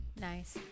Nice